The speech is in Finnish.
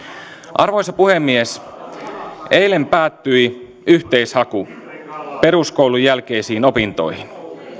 arvoisa puhemies eilen päättyi yhteishaku peruskoulun jälkeisiin opintoihin